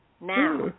Now